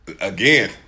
Again